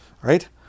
Right